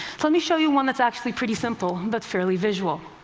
let me show you one that's actually pretty simple but fairly visual.